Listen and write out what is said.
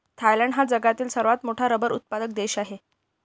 Thailand हा जगातील सर्वात मोठा रबर उत्पादक देश आहे